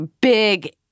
big